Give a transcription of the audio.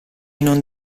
non